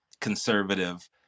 conservative